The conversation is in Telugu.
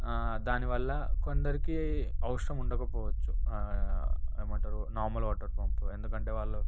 ఆ దానివల్ల కొందరికి అవసరం ఉండకపోవచ్చు ఏమంటారు నార్మల్ వాటర్ పంప్ ఎందుకంటే వాళ్ళు